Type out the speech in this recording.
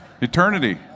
Eternity